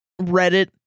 Reddit